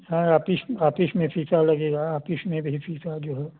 हाँ office office में शीशा लगेगा ऑपिस में भी शीशा जो है